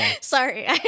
sorry